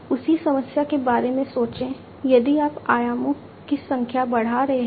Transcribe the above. उसी समस्या के बारे में सोचें यदि आप आयामों की संख्या बढ़ा रहे हैं